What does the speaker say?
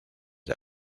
del